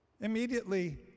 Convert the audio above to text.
Immediately